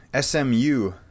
SMU